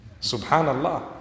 Subhanallah